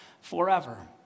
forever